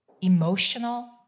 emotional